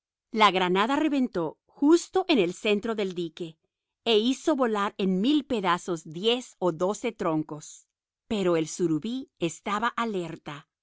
la granada reventó justo en el centro del dique hizo volar en mil pedazos diez o doce troncos pero el surubí estaba alerta